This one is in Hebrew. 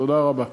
תודה, השר.